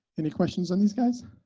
any questions on these guys?